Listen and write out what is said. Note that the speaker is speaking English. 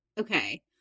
Okay